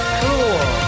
cool